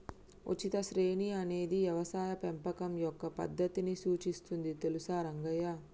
ఉచిత శ్రేణి అనేది యవసాయ పెంపకం యొక్క పద్దతిని సూచిస్తుంది తెలుసా రంగయ్య